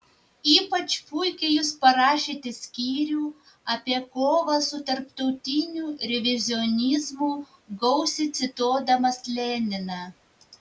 ypač puikiai jūs parašėte skyrių apie kovą su tarptautiniu revizionizmu gausiai cituodamas leniną